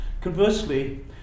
Conversely